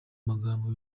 magambo